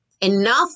Enough